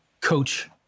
coach